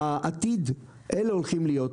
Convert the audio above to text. בעתיד, הם הולכים להיות.